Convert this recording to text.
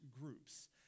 groups